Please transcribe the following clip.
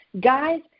guys